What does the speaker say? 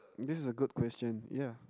this is a good question yeah